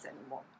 anymore